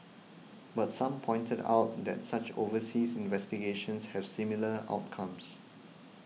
but some pointed out that such overseas investigations have similar outcomes